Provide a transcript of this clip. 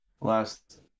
Last